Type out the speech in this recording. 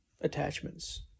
attachments